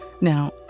Now